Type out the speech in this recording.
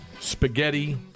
spaghetti